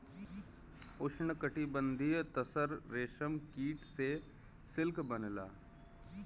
उष्णकटिबंधीय तसर रेशम कीट से सिल्क बनला